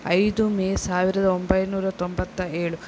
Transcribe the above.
ಐದು ಮೇ ಸಾವಿರದ ಒಂಬೈನೂರ ತೊಂಬತ್ತ ಏಳು